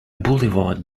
boulevard